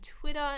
Twitter